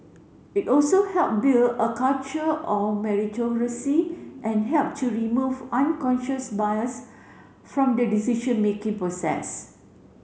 it also help build a culture of meritocracy and help to remove unconscious bias from the decision making process